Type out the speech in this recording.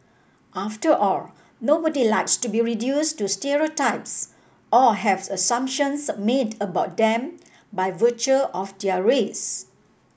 after all nobody likes to be reduce to stereotypes or have assumptions made about them by virtue of their race